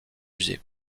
musées